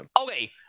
Okay